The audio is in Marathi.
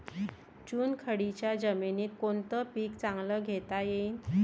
चुनखडीच्या जमीनीत कोनतं पीक चांगलं घेता येईन?